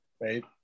right